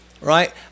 right